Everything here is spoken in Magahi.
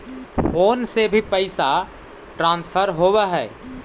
फोन से भी पैसा ट्रांसफर होवहै?